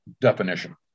definition